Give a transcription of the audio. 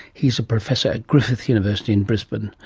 he's a professor at griffith university in brisbane.